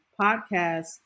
podcast